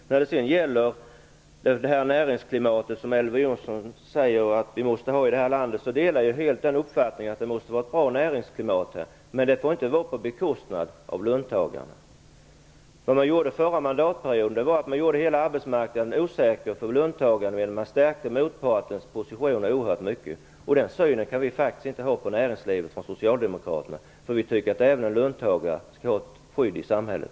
Elver Jonsson säger att vi måste ha ett bra näringsklimat i landet. Jag delar helt den uppfattningen. Men det får inte ske på bekostnad av löntagarna. Förra mandatperioden gjorde man hela arbetsmarknaden osäker för löntagare, medan man stärkte motpartens positioner oerhört mycket. Den synen på näringslivet kan vi faktiskt inte ha från Socialdemokraterna. Vi tycker att även en löntagare skall ha ett skydd i samhället.